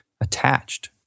attached